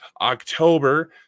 October